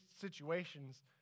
situations